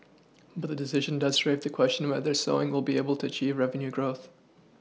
but the decision does raise the question whether Sewing will be able to achieve revenue growth